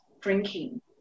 drinking